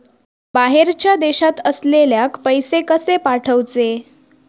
बाहेरच्या देशात असलेल्याक पैसे कसे पाठवचे?